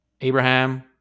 Abraham